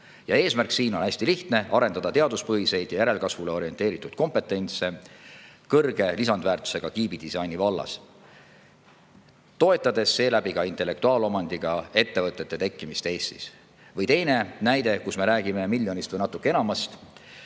Eesmärk siin on hästi lihtne: arendada teaduspõhist ja järelkasvule orienteeritud kompetentsi kõrge lisandväärtusega kiibidisaini vallas, toetades seeläbi ka intellektuaalomandiga ettevõtete tekkimist Eestis. Või teine näide, mille puhul me räägime miljonist või natuke enamast